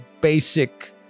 basic